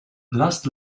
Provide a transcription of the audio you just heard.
last